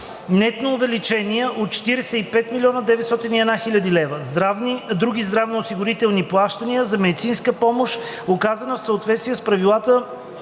нетно увеличение от 45 901,0 хил. лв.; - други здравноосигурителни плащания за медицинска помощ, оказана в съответствие с правилата